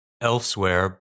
Elsewhere